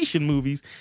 movies